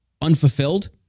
unfulfilled